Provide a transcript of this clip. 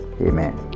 amen